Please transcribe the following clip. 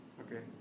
okay